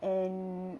and